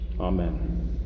Amen